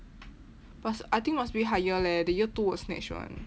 plus I think must bid higher leh the year two will snatch [one]